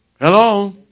Hello